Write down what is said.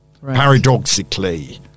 paradoxically